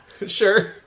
Sure